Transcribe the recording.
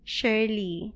Shirley